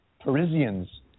Parisians